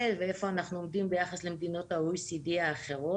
ואיפה אנחנו עומדים ביחס למדינות ה-OECD האחרות.